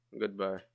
Goodbye